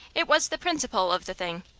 it was the principle of the thing.